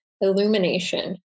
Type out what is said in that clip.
illumination